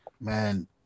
man